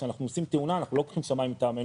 כשאנחנו עושים תאונה אנחנו לא לוקחים שמאי מטעמנו,